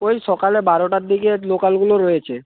ওই সকালে বারোটার দিকের লোকালগুলো রয়েছে